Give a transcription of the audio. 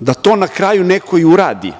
da to na kraju neko i uradi,